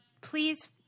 Please